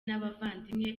n’abavandimwe